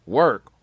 work